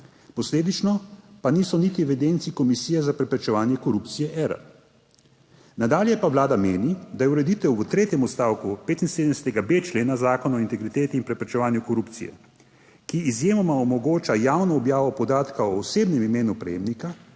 posledično pa niso niti v evidenci Komisije za preprečevanje korupcije Erar. Nadalje pa Vlada meni, da je ureditev v tretjem odstavku 75.b člena Zakona o integriteti in preprečevanju korupcije, ki izjemoma omogoča javno objavo podatkov o osebnem imenu prejemnika